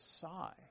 sigh